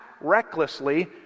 recklessly